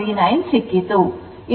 39 ಸಿಕ್ಕಿತು